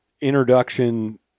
introduction